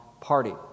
party